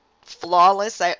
flawless